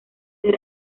ser